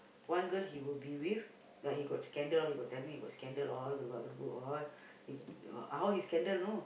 one girl he will be with but he got scandal all he got tell me he got scandal all all how he scandal you know